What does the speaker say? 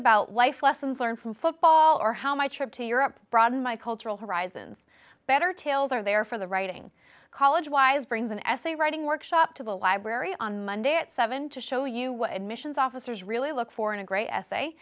about wife lessons learned from football or how my trip to europe broaden my cultural horizons better tales are there for the writing college wise brings an essay writing workshop to the library on monday at seven to show you what admissions officers really look for in a great essay